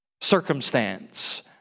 circumstance